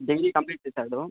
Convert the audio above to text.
degree complete చేశాడు